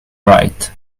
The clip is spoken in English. right